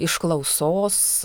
iš klausos